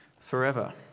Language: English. Forever